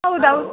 ಹೌದ್ ಹೌದ್